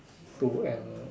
to an